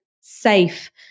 safe